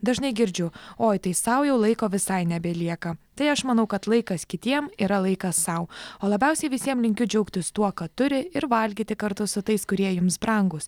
dažnai girdžiu oi tai sau jau laiko visai nebelieka tai aš manau kad laikas kitiem yra laikas sau o labiausiai visiem linkiu džiaugtis tuo ką turi ir valgyti kartu su tais kurie jums brangūs